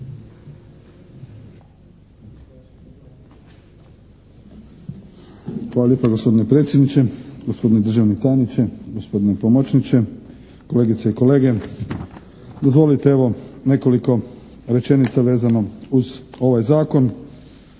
Hvala lijepa gospodine predsjedniče, gospodine državni tajniče, gospodine pomoćniče, kolegice i kolege. Dozvolite evo nekoliko rečenica vezano uz ovaj Zakon.